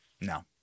No